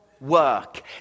work